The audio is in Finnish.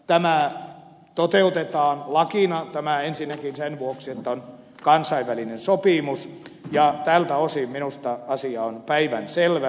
tämä toteutetaan lakina ensinnäkin sen vuoksi että kyseessä on kansainvälinen sopimus ja tältä osin minusta asia on päivänselvä